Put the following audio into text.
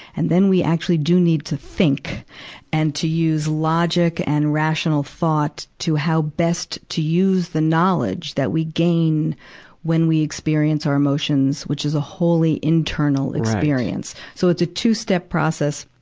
and then we actually then need to think and to use logic and rational thought to how best to use the knowledge that we gain when we experience our emotions, which is a wholly internal experience. so it's a two-step process,